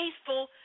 faithful